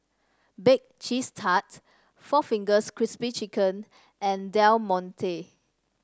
Bake Cheese Tart four Fingers Crispy Chicken and Del Monte